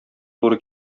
туры